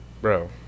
bro